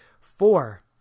Four